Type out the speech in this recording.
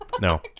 No